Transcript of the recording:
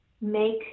make